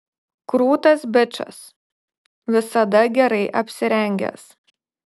krūtas bičas visada gerai apsirengęs